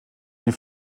die